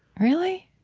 really?